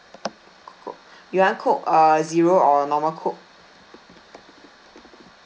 coke you want coke err zero or a normal coke